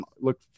look